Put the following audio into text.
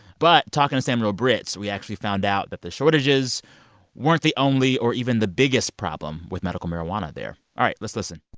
but talking to samuel britz, we actually found out that the shortages weren't the only or even the biggest problem with medical marijuana there. all right. let's listen